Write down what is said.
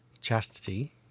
Chastity